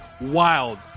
wild